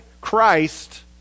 Christ